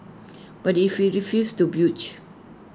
but if you refused to